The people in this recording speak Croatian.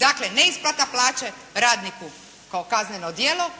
Dakle, neisplata plaće radniku kao kazneno djelo